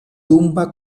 tumba